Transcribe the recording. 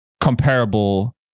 comparable